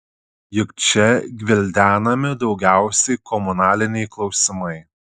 juk čia gvildenami daugiausiai komunaliniai klausimai